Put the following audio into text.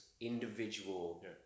individual